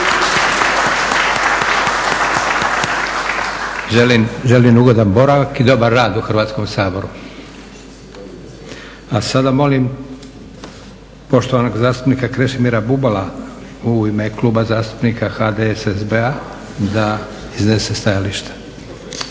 Želim ugodan boravak i dobar rad u Hrvatskom saboru. A sada molim poštovanog zastupnika Krešimira Bubala u ime Kluba zastupnika HDSSB-a da iznese stajališta.